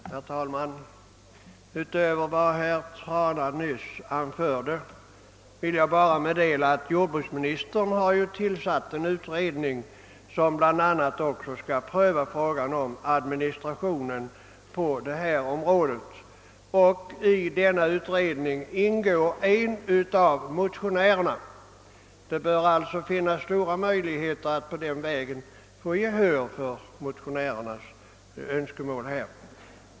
Herr talman! Utöver vad herr Trana nyss anförde vill jag endast meddela att jordbruksministern har tillsatt en utredning, som bl.a. också skall pröva frågan om administrationen på detta område. I denna utredning ingår en av motionärerna. Det bör alltså finnas stora möjligheter att på den vägen vinna gehör för motionärernas önskemål.